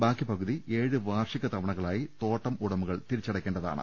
ബാക്കി പകുതി ഏഴ് വാർഷിക തവണകളായി തോട്ടം ഉടമകൾ തിരിച്ചടയ്ക്കേണ്ടതാണ്